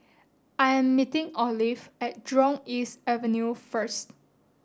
I am meeting Olive at Jurong East Avenue first